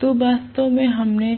तो वास्तव में हमने